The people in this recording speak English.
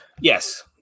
yes